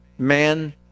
man